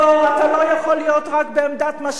אתה לא יכול להיות רק בעמדת משקיף.